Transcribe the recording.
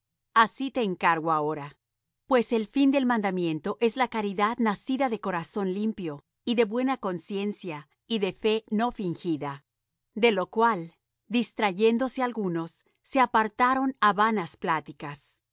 así te encargo ahora pues el fin del mandamiento es la caridad nacida de corazón limpio y de buena conciencia y de fe no fingida de lo cual distrayéndose algunos se apartaron á vanas pláticas